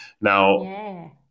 Now